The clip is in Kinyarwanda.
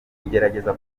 kugerageza